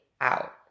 out